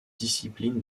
disciple